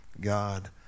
God